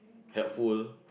helpful